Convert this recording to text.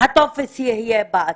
הטופס יהיה באתר.